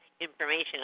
information